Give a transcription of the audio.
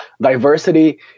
diversity